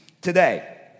today